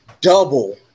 double